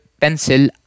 pencil